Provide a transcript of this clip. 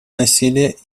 насилия